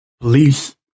police